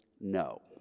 no